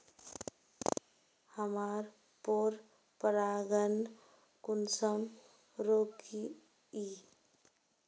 हमार पोरपरागण कुंसम रोकीई?